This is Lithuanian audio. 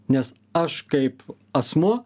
nes aš kaip asmuo